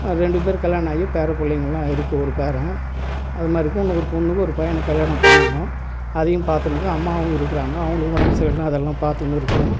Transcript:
ரெண்டு பேருக்கு கல்யாணம் ஆகி பேர பிள்ளைங்களாம் இருக்குது ஒரு பேரன் அது மாதிரிக்கு இன்னும் ஒரு பொண்ணுக்கு ஒரு பையனுக்கு கல்யாணம் பண்ணணும் அதையும் பார்த்துன்னுருக்கேன் அம்மாவும் இருக்கிறாங்க அவங்களுக்கு உடம்பு சரியில்லைனா அதெல்லாம் பார்த்துன்னு இருக்கிறோம்